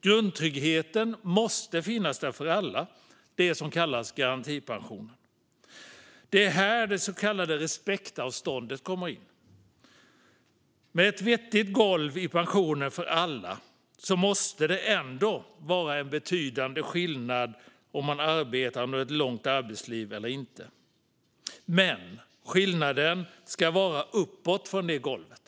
Grundtryggheten måste finnas till för alla genom det som kallas garantipension. Det är här som det så kallade respektavståndet kommer in. Med ett vettigt golv i pensionen för alla måste det ändå vara en betydande skillnad om man arbetar under ett långt arbetsliv eller inte, men skillnaden ska vara uppåt från golvet.